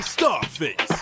Starface